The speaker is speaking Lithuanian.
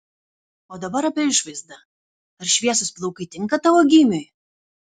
o dabar apie išvaizdą ar šviesūs plaukai tinka tavo gymiui